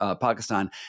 Pakistan